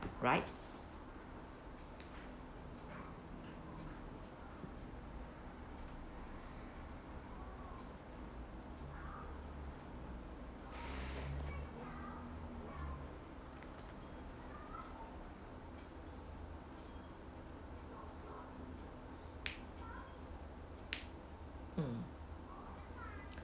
right mm